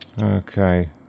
Okay